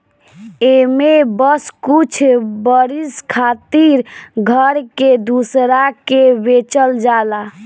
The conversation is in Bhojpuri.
एमे बस कुछ बरिस खातिर घर के दूसरा के बेचल जाला